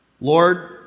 Lord